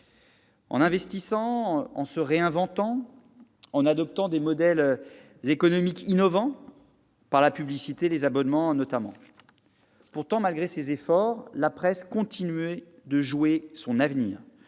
en investissant, en se réinventant, en adoptant des modèles économiques innovants, par la publicité et les abonnements, notamment. Pourtant, malgré ces efforts, la presse continue de jouer son avenir